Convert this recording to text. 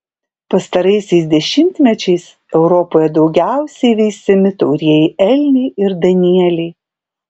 pastaraisiais dešimtmečiais europoje daugiausiai veisiami taurieji elniai ir danieliai